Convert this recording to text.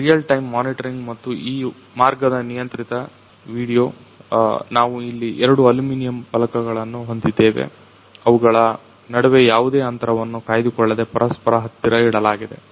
real time monitoring ಮತ್ತು ಈ ಮಾರ್ಗದ ನಿಯಂತ್ರಿತ ವೀಡಿಯೊ ನಾವು ಇಲ್ಲಿ ಎರಡು ಅಲ್ಯೂಮಿನಿಯಂ ಫಲಕಗಳನ್ನು ಹೊಂದಿದ್ದೇವೆ ಅವುಗಳ ನಡುವೆ ಯಾವುದೇ ಅಂತರವನ್ನು ಕಾಯ್ದುಕೊಳ್ಳದೆ ಪರಸ್ಪರ ಹತ್ತಿರ ಇಡಲಾಗಿದೆ